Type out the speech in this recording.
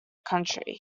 county